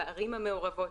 בערים המעורבות,